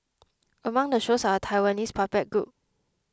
among the shows are a Taiwanese puppet group